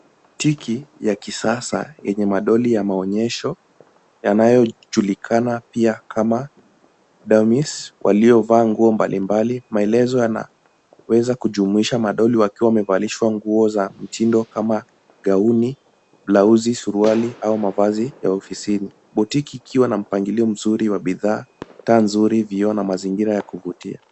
Butiki ya kisasa yenye madoli ya maonyesho yanayojulikana pia kama dummies Waliovaa nguo mbali mbali maelezo yanaweza kujumuisha madoli wakiwa wamevalishwa nguo za mtindo kama gauni, blausi, suruali au mavazi ya ofisini. Butiki ikiwa na mpangilio mzuri wa bidhaa, taa nzuri, vioo na mazingira ya kuvutia.